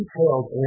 detailed